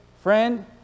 Friend